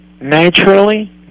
naturally